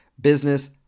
business